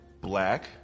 black